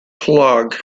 prologue